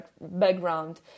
background